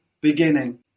beginning